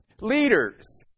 leaders